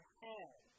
head